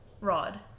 Rod